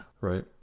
Right